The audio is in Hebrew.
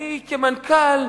אני כמנכ"ל,